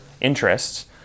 interests